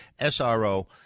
SRO